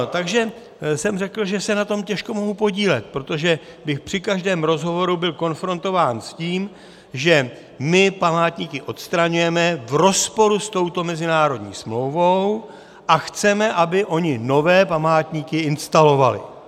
Takže jsem řekl, že se na tom těžko mohu podílet, protože bych při každém rozhovoru byl konfrontován s tím, že my památníky odstraňujeme v rozporu s touto mezinárodní smlouvou a chceme, aby oni nové památníky instalovali.